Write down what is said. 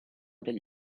degli